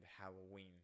Halloween